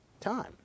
time